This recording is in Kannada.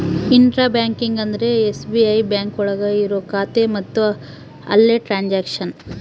ಇಂಟ್ರ ಬ್ಯಾಂಕಿಂಗ್ ಅಂದ್ರೆ ಎಸ್.ಬಿ.ಐ ಬ್ಯಾಂಕ್ ಒಳಗ ಇರೋ ಖಾತೆ ಮತ್ತು ಅಲ್ಲೇ ಟ್ರನ್ಸ್ಯಾಕ್ಷನ್